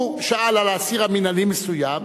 הוא שאל על אסיר מינהלי מסוים.